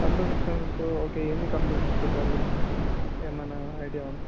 computer okay ఎన్ని computers పెట్టాలి ఏమన్నా ఐడియా ఉందా